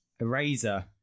eraser